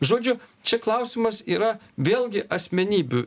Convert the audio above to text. žodžiu čia klausimas yra vėlgi asmenybių